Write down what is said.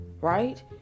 right